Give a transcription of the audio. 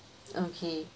okay